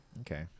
Okay